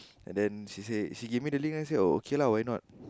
and then she say she give me the link oh okay why not